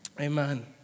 Amen